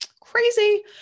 crazy